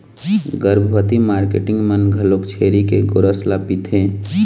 गरभबती marketing मन घलोक छेरी के गोरस ल पिथें